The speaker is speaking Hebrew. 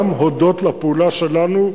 גם הודות לפעולה שלנו,